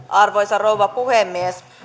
arvoisa rouva puhemies